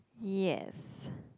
yes